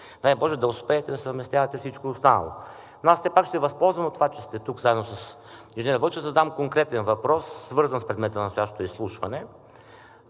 Дай боже да успеете да съвместявате всичко останало. Но аз все пак ще се възползвам от това, че сте тук заедно с инженер Вълчев, за да задам конкретен въпрос, свързан с предмета на следващото изслушване.